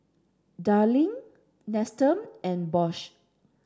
Darlie Nestum and Bosch